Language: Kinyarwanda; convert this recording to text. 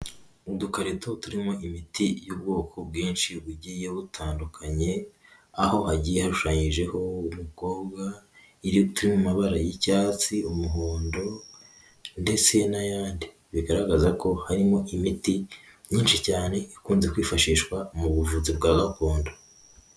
Udukarito turimo imiti y'ubwoko bwinshi bugiye butandukanye, aho hagiye hashushanyijeho umukobwa, iri mu mabara y'icyatsi, umuhondo ndetse n'ayandi, bigaragaza ko harimo imiti myinshi cyane, ikunze kwifashishwa mu buvuzi bwa gakondo.